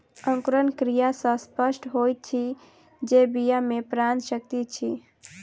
अंकुरण क्रिया सॅ स्पष्ट होइत अछि जे बीया मे प्राण शक्ति अछि